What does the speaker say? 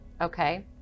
Okay